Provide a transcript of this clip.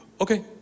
okay